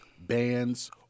bands